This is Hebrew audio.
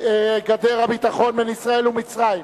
גדר הביטחון בין ישראל ומצרים,